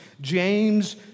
James